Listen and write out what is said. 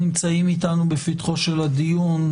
נמצאים איתנו בפתחו של הדיון,